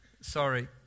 sorry